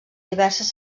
diverses